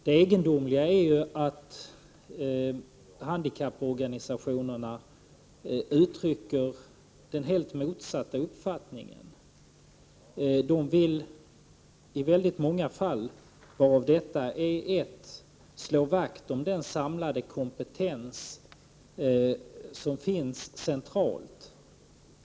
Det egendomliga är ju att handikapporganisationerna uttrycker en helt motsatt uppfattning. De vill i många fall, varav detta är ett, slå vakt om den samlade kompetens som finns centralt.